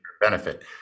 benefit